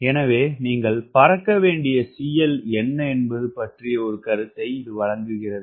எனவே நீங்கள் பறக்க வேண்டிய cl என்ன என்பது பற்றிய ஒரு கருத்தை இது வழங்குகிறது